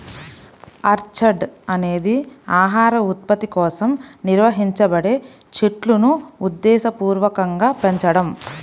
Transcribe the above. orchard అనేది ఆహార ఉత్పత్తి కోసం నిర్వహించబడే చెట్లును ఉద్దేశపూర్వకంగా పెంచడం